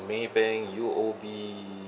maybank U_O_B